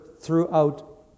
throughout